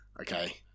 Okay